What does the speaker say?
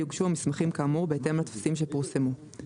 יוגשו המסמכים כאמור בהתאם לטפסים שפורסמו.";